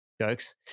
Jokes